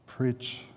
preach